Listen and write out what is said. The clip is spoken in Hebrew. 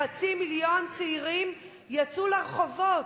חצי מיליון צעירים יצאו לרחובות.